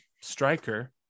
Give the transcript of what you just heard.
striker